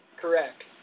Correct